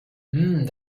hmm